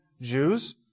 Jews